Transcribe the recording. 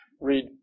read